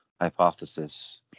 hypothesis